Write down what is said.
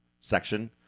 section